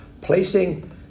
placing